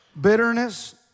bitterness